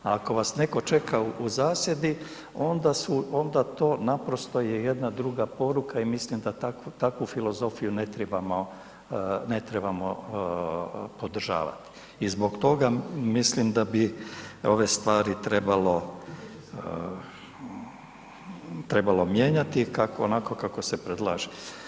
A ako vas netko čeka u zasjedi onda su, onda to naprosto je jedna druga poruka i mislim da takvu filozofiju ne trebamo, ne trebamo podržavati i zbog toga mislim da bi ove stvari trebalo, trebalo mijenjati kako, onako kako se predlaže.